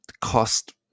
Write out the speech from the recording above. cost